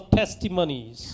testimonies